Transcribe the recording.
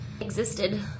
existed